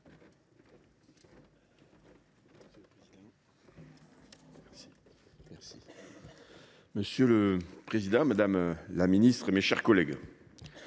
Monsieur le président, madame la ministre, mes chers collègues,